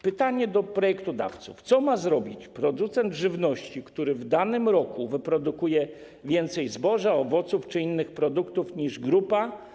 Pytanie do projektodawców: Co ma zrobić producent żywności, który w danym roku wyprodukuje więcej zboża, owoców czy innych produktów niż grupa?